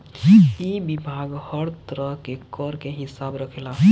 इ विभाग हर तरह के कर के हिसाब रखेला